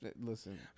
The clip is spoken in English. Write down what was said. Listen